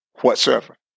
Whatsoever